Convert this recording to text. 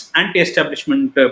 anti-establishment